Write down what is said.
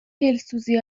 دلسوزی